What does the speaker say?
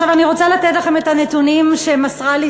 אני רוצה לתת לכם את הנתונים שמסרה לי